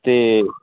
ਅਤੇ